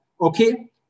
okay